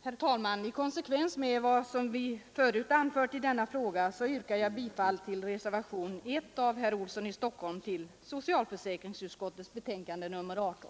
Herr talman! I konsekvens med vad vi förut anfört i denna fråga yrkar jag bifall till reservationen 1 av herr Olsson i Stockholm vid socialförsäkringsutskottets betänkande nr 18.